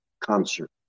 concert